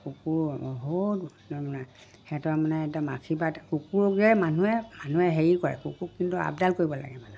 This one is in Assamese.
কুকুৰ বহুত তাৰমানে সিহঁতৰ মানে একদম আশীৰ্বাদ কুকুৰে মানুহে মানুহে হেৰি কৰে কুকুৰক কিন্তু আপডাল কৰিব লাগে মানুহে